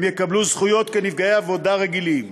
הם יקבלו זכויות כנפגעי עבודה רגילים.